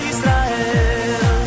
Israel